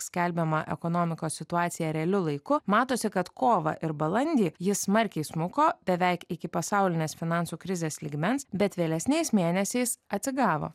skelbiamą ekonomikos situaciją realiu laiku matosi kad kovą ir balandį ji smarkiai smuko beveik iki pasaulinės finansų krizės lygmens bet vėlesniais mėnesiais atsigavo